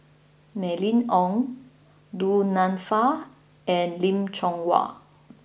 Mylene Ong Du Nanfa and Lim Chong Yah